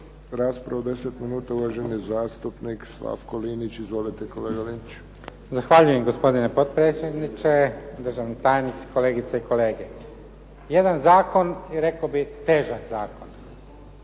raspravu 10 minuta, uvaženi zastupnik Slavko Linić. Izvolite kolega Linić. **Linić, Slavko (SDP)** Zahvaljujem gospodine potpredsjedniče, državni tajnici, kolegice i kolege. Jedan zakon i rekao težak zakon.